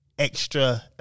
Extra